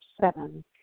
seven